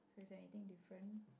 so is there anything different